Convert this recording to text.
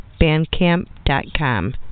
bandcamp.com